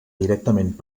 directament